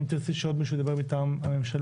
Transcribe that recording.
אם תרצי שעוד מישהו ידבר מטעם הממשלה,